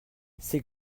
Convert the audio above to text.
ces